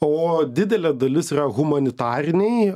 o didelė dalis yra humanitarinei